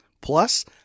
Plus